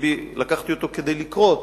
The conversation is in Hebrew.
לקחתי אותו כדי לקרוא אותו,